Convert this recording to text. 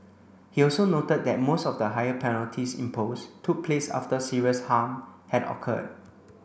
he also noted that most of the higher penalties imposed took place after serious harm had occurred